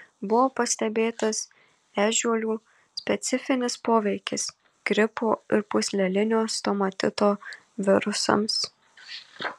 buvo pastebėtas ežiuolių specifinis poveikis gripo ir pūslelinio stomatito virusams